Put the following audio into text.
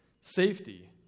safety